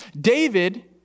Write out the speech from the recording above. David